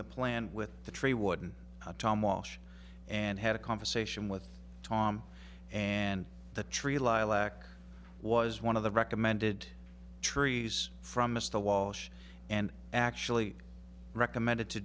the plan with the tree warden tom walsh and had a conversation with tom and the tree lilac was one of the recommended trees from mr walsh and actually recommended to